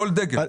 כל דגם.